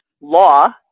Law